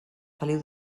feliu